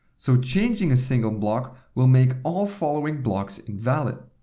so changing a single block will make all following blocks invalid.